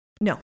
No